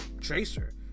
Tracer